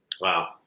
Wow